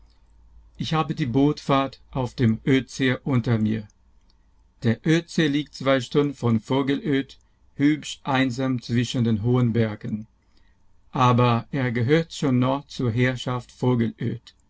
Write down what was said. ich habe die bootfahrt auf dem oedsee unter mir der oedsee liegt zwei stunden von vogelöd hübsch einsam zwischen den hohen bergen aber er gehört schon noch zur herrschaft vogelöd